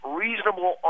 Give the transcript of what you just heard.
reasonable